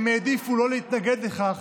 הם העדיפו לא להתנגד לכך